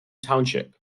township